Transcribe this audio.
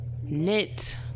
knit